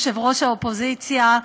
יושב-ראש האופוזיציה.